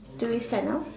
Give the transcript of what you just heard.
do we start now